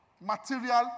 Material